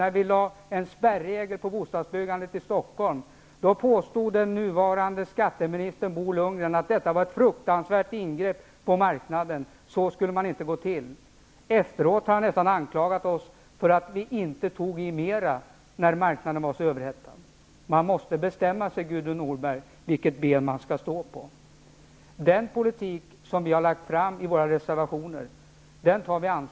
När vi lade fram förslag om en spärregel för bostadsbyggandet i Stockholm påstod den nuvarande skatteministern Bo Lundgren att detta var ett fruktansvärt ingrepp på marknaden. Så skulle det inte gå till. Efteråt har han nästan anklagat oss för att vi inte tog i mera när marknaden var så överhettad. Man måste bestämma sig, Gudrun Norberg, för vilket ben man skall stå på. Vi tar ansvar för den politik som vi har lagt fram i våra reservationer.